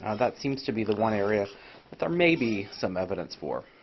ah that seems to be the one area that there may be some evidence for.